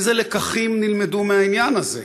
איזה לקחים נלמדו מהעניין הזה.